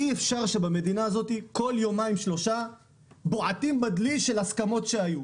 ואי אפשר שבמדינה הזאת כל יומיים-שלושה בועטים בדלי של הסכמות שהיו.